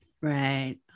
Right